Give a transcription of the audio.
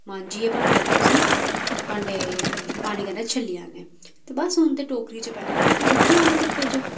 मांजियै भांडे ते उसी भांडे पानी कन्नै छल्ली लैन्नें ते बस हून टोकरी च पाई लैओ ते सुक्की जाने धुप्पै च